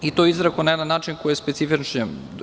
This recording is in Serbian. To je izrekao na jedan način koji je specifičan.